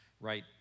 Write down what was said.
right